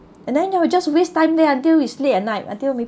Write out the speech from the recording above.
and then now we just waste time there until we sleep at night until maybe